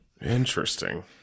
Interesting